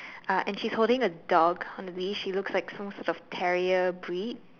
uh and she's holding a dog on a leash she looks like some sort of terrier breed